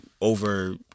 over